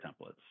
templates